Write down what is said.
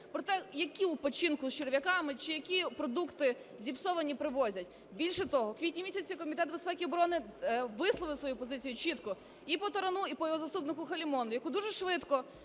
про те, яку печінку з черв'яками чи які продукти зіпсовані привозять. Більш того, в квітні місяці Комітет безпеки і оборони висловив свою позицію чітко і по Тарану, і по його заступнику Халімону, якого дуже швидко